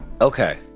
Okay